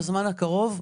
בזמן הקרוב,